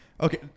Okay